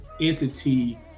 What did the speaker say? entity